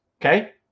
okay